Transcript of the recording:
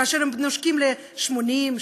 כאשר הם נושקים ל-80,